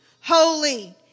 holy